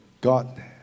God